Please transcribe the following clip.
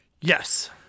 Yes